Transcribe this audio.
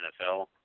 NFL